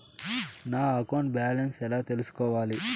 నా account balance ఎలా తెల్సుకోవాలి